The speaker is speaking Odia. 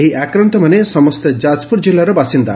ଏହି ଆକ୍ରାନ୍ତମାନେ ସମସେ ଯାଜପୁର ଜିଲ୍ଲାର ବାସିନ୍ଦା